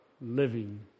living